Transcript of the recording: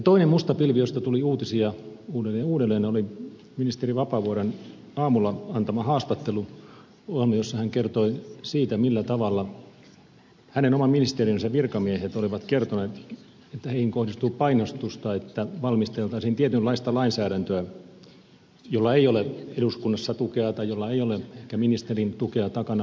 toinen musta pilvi josta tuli uutisia uudelleen ja uudelleen oli ministeri vapaavuoren aamulla antama haastattelu ohjelma jossa hän kertoi siitä millä tavalla hänen oman ministeriönsä virkamiehet olivat kertoneet että heihin kohdistuu painostusta että valmisteltaisiin tietynlaista lainsäädäntöä jolla ei ole eduskunnassa tukea tai jolla ei ole ehkä ministerin tukea takana ollenkaan